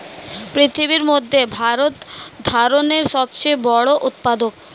পৃথিবীর মধ্যে ভারত ধানের সবচেয়ে বড় উৎপাদক